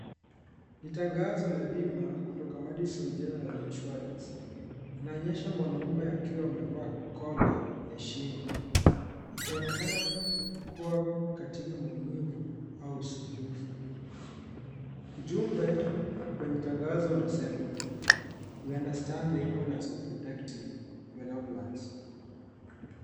Ni tangazo la bima kutoka Madison General Insurance. Inaonyesha mwanamume akiwa amevaa kola ya shingo akionekana kuwa katika maumivu au usumbufu. Ujumbe kwenye tangazo unasema We understand the importance of protecting your loved ones .